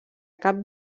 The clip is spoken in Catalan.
cap